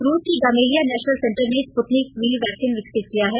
रूस की Gamaleya national centre ने स्पुत्निक वी वैक्सीन विकसित किया है